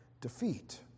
defeat